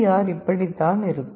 R இப்படித்தான் இருக்கும்